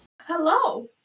Hello